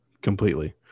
completely